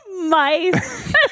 mice